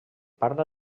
parla